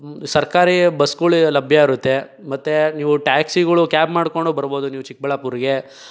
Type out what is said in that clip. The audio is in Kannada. ಸರ್ಕಾರಿ ಬಸ್ಗಳು ಲಭ್ಯ ಇರುತ್ತೆ ಮತ್ತೆ ನೀವು ಟ್ಯಾಕ್ಸಿಗಳು ಕ್ಯಾಬ್ ಮಾಡ್ಕೊಂಡು ಬರಬಹುದು ನೀವು ಚಿಕ್ಕಬಳ್ಳಾಪುರಿಗೆ